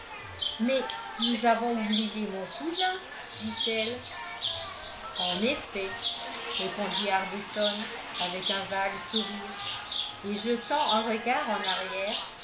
mais nous avons oublié mon cousin dit-elle en effet répondit arbuton avec un vague sourire et jetant un regard en arrière